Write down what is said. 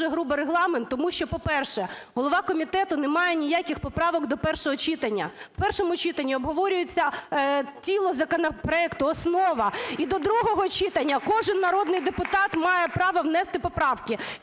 дуже грубо Регламент, тому що, по-перше, голова комітету не має ніяких поправок до першого читання. В першому читанні обговорюється тіло законопроекту, основа і до другого читання кожен народний депутат має право внести поправки.